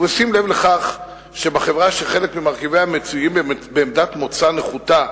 ובשים לב לכך שבחברה שחלק ממרכיביה מצויים בעמדת מוצא נחותה,